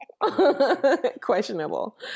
questionable